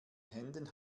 händen